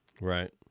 Right